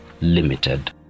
Limited